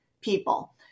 people